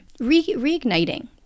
reigniting